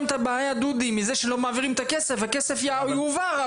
הבעיה מכך שלא מעבירים את הכסף לכך שהכסף יועבר,